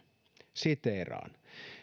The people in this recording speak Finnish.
siteeraan